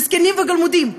מסכנים וגלמודים,